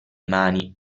mani